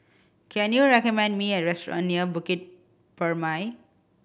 can you recommend me a restaurant near Bukit Purmei